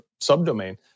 subdomain